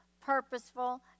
purposeful